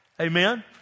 Amen